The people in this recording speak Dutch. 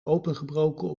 opengebroken